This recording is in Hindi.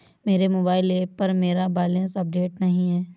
मेरे मोबाइल ऐप पर मेरा बैलेंस अपडेट नहीं है